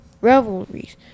revelries